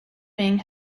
wing